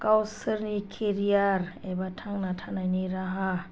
गावसोरनि केरियार एबा थांना थानायनि राहा